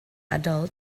adult